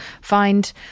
find